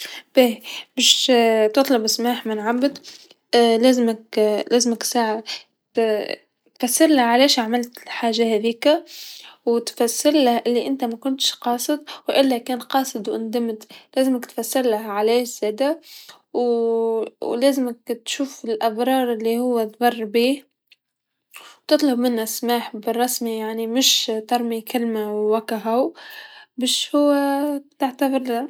باهي باش تطلب سماح من عبد لازمك لازمك ساعه ت-تفسرله علاش عملت الحاجه هاذيكا و تفسرله إنك أنت ماكنتش قاصد و إلا كنت قاصد و ندمت، لازملك تفسرله علاش زادا، و لازمك تشوف الأبرار لهو تبر بيه، و تطلب منه السماح بالرسمي يعني ترمي كلمه و كاهو باش هو تعتذرله.